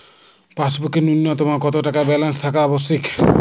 পাসবুকে ন্যুনতম কত টাকা ব্যালেন্স থাকা আবশ্যিক?